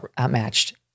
outmatched